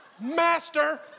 master